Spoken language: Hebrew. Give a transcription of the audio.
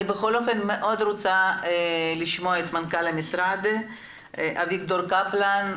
אני רוצה לשמוע את מנכ"ל המשרד אביגדור קפלן,